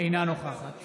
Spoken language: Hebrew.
אינה נוכחת